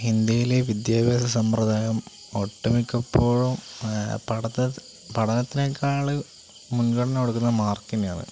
ഇന്ത്യയിലെ വിദ്യാഭ്യാസ സമ്പ്രദായം ഒട്ടുമിക്കപ്പോഴും പഠനത്തെക്കാള് മുൻഗണന കൊടുക്കുന്നത് മാർക്കിനാണ്